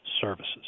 services